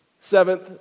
Seventh